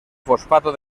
fosfato